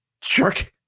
Jerk